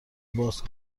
باز